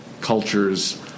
cultures